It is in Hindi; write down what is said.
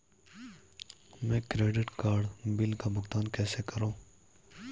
मैं क्रेडिट कार्ड बिल का भुगतान कैसे करूं?